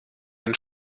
ein